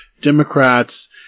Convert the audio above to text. Democrats